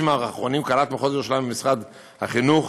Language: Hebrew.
האחרונים קלט מחוז ירושלים במשרד החינוך